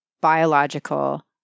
biological